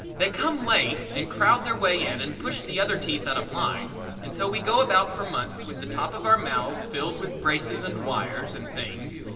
they come late and crowd their way in and push the other teeth out of line and so we go about for months with the top of our mouths filled with braces and wires and things,